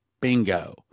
Bingo